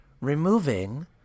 Removing